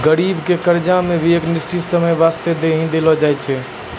गरीबी के कर्जा मे भी एक निश्चित समय बासते ही देलो जाय छै